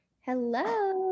hello